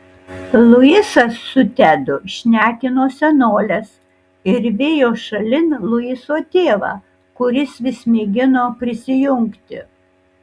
luisas su tedu šnekino senoles ir vijo šalin luiso tėvą kuris vis mėgino prisijungti